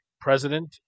president